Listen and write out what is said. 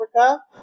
Africa